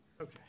Okay